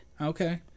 Okay